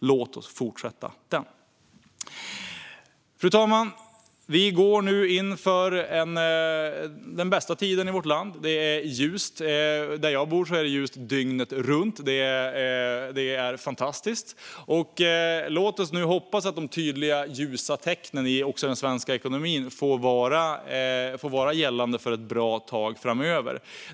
Låt oss fortsätta den. Fru talman! Vi går nu in i den bästa tiden i vårt land. Det är ljust. Där jag bor är det ljust dygnet runt - det är fantastiskt. Låt oss nu hoppas att de tydliga ljusa tecknen också i den svenska ekonomin får vara gällande ett bra tag framöver.